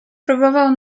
próbował